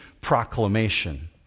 proclamation